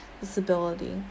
disability